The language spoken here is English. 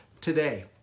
today